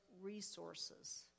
resources